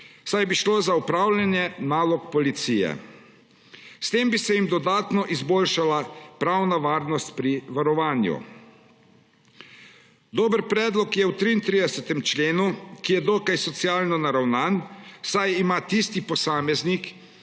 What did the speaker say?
saj bi šlo za opravljanje nalog policije. S tem bi se jim dodatno izboljšala pravna varnost pri varovanju. Dober predlog je v 33. členu, ki je dokaj socialno naravnan, saj ima tisti posameznik,